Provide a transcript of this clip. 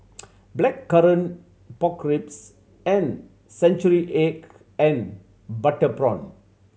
Blackcurrant Pork Ribs and century egg and butter prawn